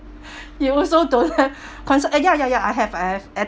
you also don't have concert eh ya ya ya I have I have